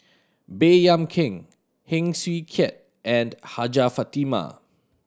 Baey Yam Keng Heng Swee Keat and Hajjah Fatimah